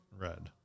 red